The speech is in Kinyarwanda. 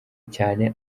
cyane